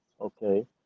okay